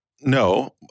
no